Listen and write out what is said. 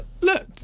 look